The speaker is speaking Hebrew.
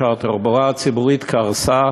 התחבורה הציבורית קרסה